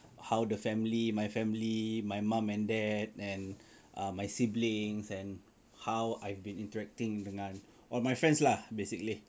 how the family my family my mum and dad and my siblings and how I've been interacting dengan all my friends lah basically